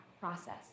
process